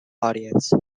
audience